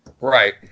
Right